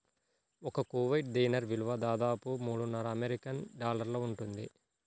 ఒక కువైట్ దీనార్ విలువ దాదాపు మూడున్నర అమెరికన్ డాలర్లు ఉంటుంది